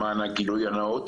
למען הגילוי הנאות